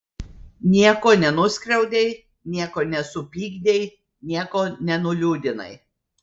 nieko nenuskriaudei nieko nesupykdei nieko nenuliūdinai